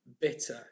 bitter